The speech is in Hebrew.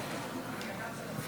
זה מפריע למהלך הדיון,